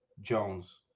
jones